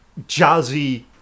jazzy